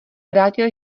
vrátil